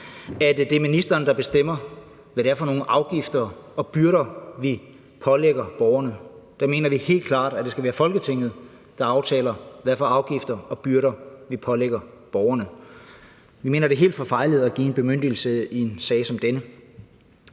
siddende minister til at bestemme, hvad det er for nogle afgifter og byrder, vi pålægger borgerne. Vi mener helt klart, at det skal være Folketinget, der aftaler, hvad for afgifter og byrder vi pålægger borgerne. Vi mener, det er helt forfejlet at give en bemyndigelse i en sag som denne.